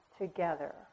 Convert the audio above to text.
together